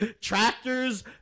tractors